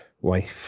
wife